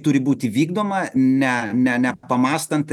turi būti vykdoma ne ne nepamąstant